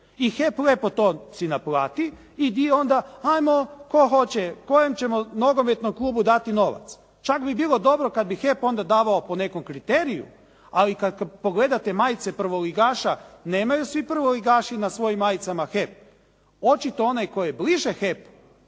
I HEP lijepo to si naplati i gdje onda, ajmo tko hoće, kojem ćemo nogometnom klubu dati novac. Čak bi bilo dobro kada bi HEP onda davao po nekom kriteriju. Ali kada pogledate majice prvoligaša, nemaju svi prvoligaši na svojim majicama HEP, očito onaj tko je bliže HEPU,